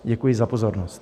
Děkuji za pozornost.